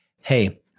hey-